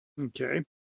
Okay